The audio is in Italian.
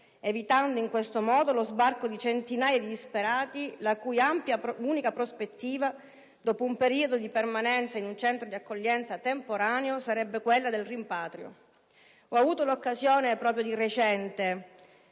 evitando in questo modo lo sbarco di centinaia di disperati la cui unica prospettiva, dopo un periodo di permanenza in un centro di accoglienza temporaneo, sarebbe quella del rimpatrio. Ho avuto l'occasione, proprio recentemente